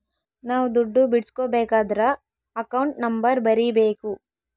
ನಾವ್ ದುಡ್ಡು ಬಿಡ್ಸ್ಕೊಬೇಕದ್ರ ಅಕೌಂಟ್ ನಂಬರ್ ಬರೀಬೇಕು